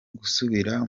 gusubira